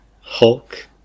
Hulk